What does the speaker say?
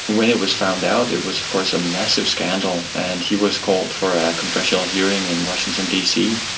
when it was found out it was of course a massive scandal and he was called for a congressional hearing in washington dc.